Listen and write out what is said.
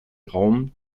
raum